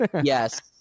yes